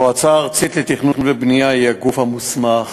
המועצה הארצית לתכנון ובנייה היא הגוף המוסמך